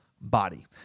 body